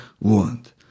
want